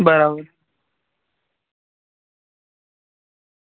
બરાબર